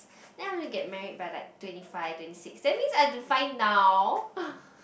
then I want to get married by like twenty five twenty six that means I have to find now